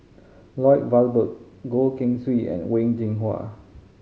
Lloyd Valberg Goh Keng Swee and Wen Jinhua